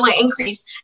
increase